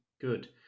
Good